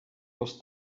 was